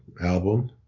album